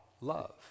love